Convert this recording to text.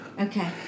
Okay